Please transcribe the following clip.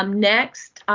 um next,